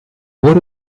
voor